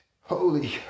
Holy